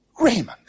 Raymond